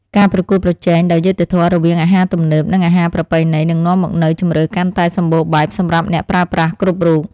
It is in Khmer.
ការប្រកួតប្រជែងដោយយុត្តិធម៌រវាងអាហារទំនើប និងអាហារប្រពៃណីនឹងនាំមកនូវជម្រើសកាន់តែសម្បូរបែបសម្រាប់អ្នកប្រើប្រាស់គ្រប់រូប។